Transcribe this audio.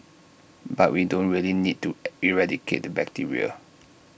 but we don't really need to eradicate the bacteria